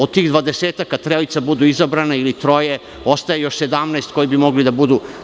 Od tih 20-ak kad trojica budu izabrana, ili troje ostaje još 17 koji bi mogli da budu.